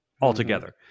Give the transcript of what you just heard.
altogether